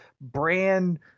brand